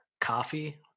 coffee